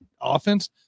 offense